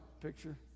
picture